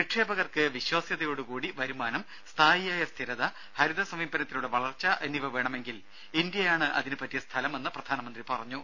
നിക്ഷേപകർക്ക് വിശ്വാസ്യതയോടുകൂടിയ വരുമാനം സ്ഥായിയായ സ്ഥിരത ഹരിത സമീപനത്തിലൂടെ വളർച്ച എന്നിവ വേണമെങ്കിൽ ഇന്ത്യയാണ് അതിനുപറ്റിയ സ്ഥലമെന്ന് പ്രധാനമന്ത്രി പറഞ്ഞു